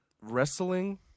wrestling